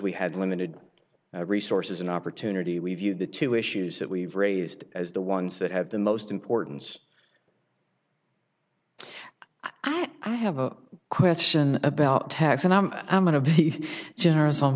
we had limited resources and opportunity we view the two issues that we've raised as the ones that have the most importance i have a question about tax and i'm going to be generous on